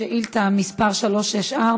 שאילתה מס' 364: